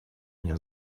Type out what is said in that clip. меня